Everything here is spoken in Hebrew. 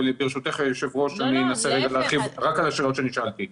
אבל ברשותך היושבת-ראש אני אנסה להרחיב רק על השאלות שנשאלתי.